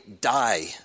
die